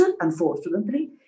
unfortunately